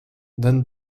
than